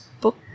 book